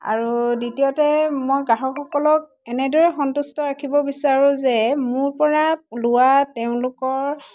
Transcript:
আৰু দ্বিতীয়তে মই গ্ৰাহকসকলক এনেদৰে সন্তুষ্ট ৰাখিব বিচাৰোঁ যে মোৰপৰা লোৱা তেওঁলোকৰ